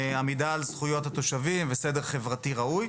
עמידה על זכויות התושבים וסדר חברתי ראוי.